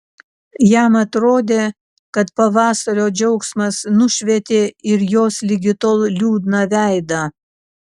jam atrodė kad pavasario džiaugsmas nušvietė ir jos ligi tol liūdną veidą